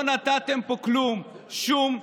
לא נתתם פה כלום, שום דבר.